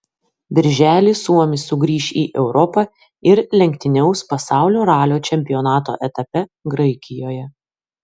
birželį suomis sugrįš į europą ir lenktyniaus pasaulio ralio čempionato etape graikijoje